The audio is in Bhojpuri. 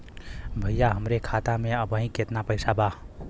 भईया हमरे खाता में अबहीं केतना पैसा बा?